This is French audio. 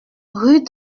rue